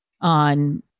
on